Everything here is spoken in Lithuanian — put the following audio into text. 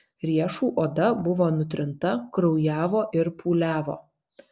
riešų oda buvo nutrinta kraujavo ir pūliavo